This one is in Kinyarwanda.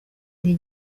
atini